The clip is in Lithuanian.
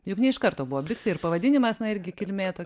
juk ne iš karto buvot biksai ir pavadinimas na irgi kilmė to